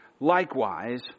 Likewise